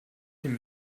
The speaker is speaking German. dem